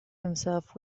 himself